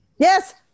Yes